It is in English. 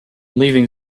leaving